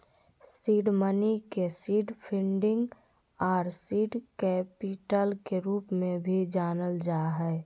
seed money के seed funding आर seed capital के रूप में भी जानल जा हइ